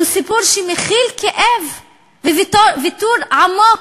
הוא סיפור שמכיל כאב וויתור עמוק,